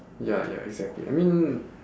ya ya exactly I mean